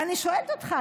ואני שואלת אותך,